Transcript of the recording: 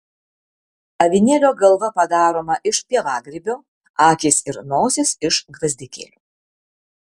avinėlio galva padaroma iš pievagrybio akys ir nosis iš gvazdikėlių